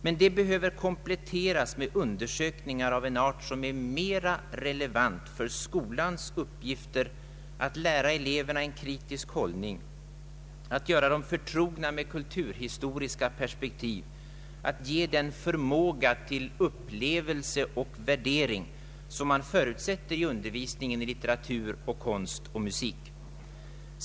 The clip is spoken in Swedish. Men det arbetet behöver kompletteras med undersökningar av en art som är mer relevant för skolans uppgifter att lära eleverna en kritisk hållning, att göra dem förtrogna med kulturhistoriska perspektiv och att ge dem den förmåga till upplevelse och värdering som man förutsätter i undervisningen i litteratur, konst och musik.